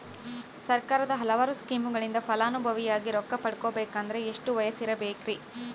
ಸರ್ಕಾರದ ಹಲವಾರು ಸ್ಕೇಮುಗಳಿಂದ ಫಲಾನುಭವಿಯಾಗಿ ರೊಕ್ಕ ಪಡಕೊಬೇಕಂದರೆ ಎಷ್ಟು ವಯಸ್ಸಿರಬೇಕ್ರಿ?